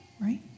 Right